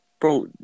Bro